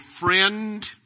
friend